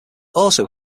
also